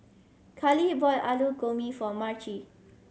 Karly bought Alu Gobi for Marci